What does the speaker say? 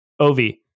Ovi